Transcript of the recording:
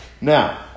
Now